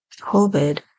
COVID